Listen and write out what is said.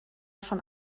schon